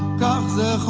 gossip.